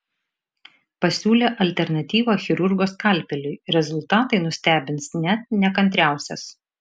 pasiūlė alternatyvą chirurgo skalpeliui rezultatai nustebins net nekantriausias